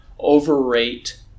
overrate